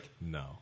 no